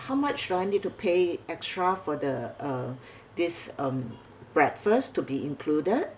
how much would I need to pay extra for the uh this um breakfast to be included